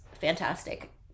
fantastic